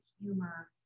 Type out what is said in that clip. humor